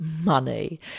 money